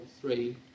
three